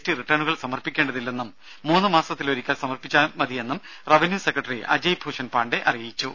T റിട്ടേണുകൾ സമർപ്പിക്കേണ്ടതില്ലെന്നും മൂന്നു മാസത്തിലൊരിക്കൽ സമർപ്പിച്ചാൽ മതിയെന്നും റവന്യൂ സെക്രട്ടറി അജയ്ഭൂഷൺ പാണ്ഡെ അറിയിച്ചു